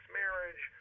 marriage